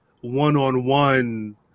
one-on-one